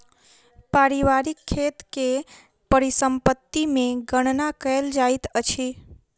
पारिवारिक खेत के परिसम्पत्ति मे गणना कयल जाइत अछि